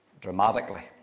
dramatically